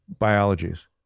biologies